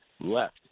left